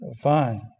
Fine